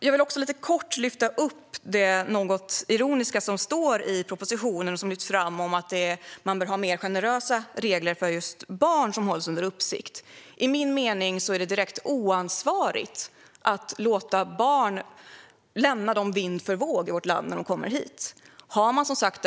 Jag vill också lite kort lyfta upp det något ironiska som lyfts fram i propositionen om att vi bör ha mer generösa regler för just barn som hålls under uppsikt. Enligt min mening är det direkt oansvarigt att lämna barn vind för våg när de kommer till vårt land.